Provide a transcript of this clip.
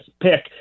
pick